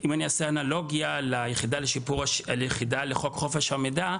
אם אני אעשה אנלוגיה ליחידה לחוק חופש המידע,